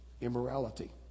Immorality